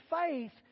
faith